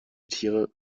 tiere